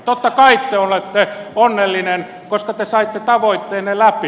totta kai te olette onnellinen koska te saitte tavoitteenne läpi